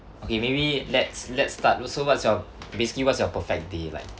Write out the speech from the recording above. okay maybe let's let's start so what's your basically what's your perfect day like